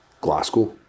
Glasgow